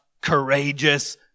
courageous